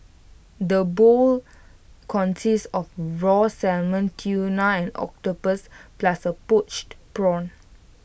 the bowl consists of raw salmon tuna and octopus plus A poached prawn